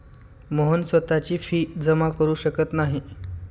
मोहन स्वतःची फी जमा करु शकत नाही